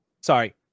sorry